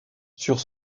sur